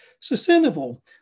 sustainable